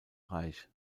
reich